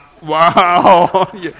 Wow